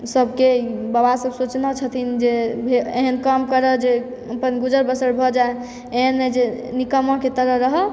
सभके बाबासभ सोचने छथिन जे जे एहन काम करय जे अपन गुजर बसर भऽ जाय एहन नहि जे निक्कमाके तरह रहय तऽ